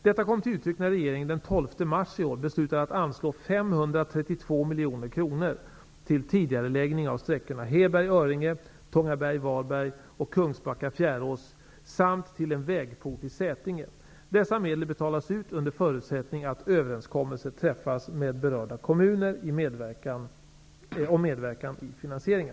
Detta kom till uttryck när regeringen den 12 mars i år beslutade att anslå 532 Dessa medel betalas ut under förutsättning att överenskommelse träffas med berörda kommuner om medverkan i finansieringen.